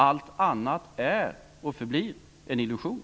Allt annat är och förblir en illusion.